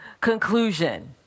conclusion